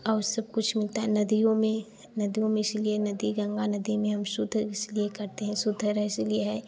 और सब कुछ मिलता है नदियों में नदियों में इसीलिए नदी गंगा नदी में हम शुद्ध इसलिए करते हैं शुद्ध रहे इसीलिए है